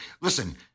Listen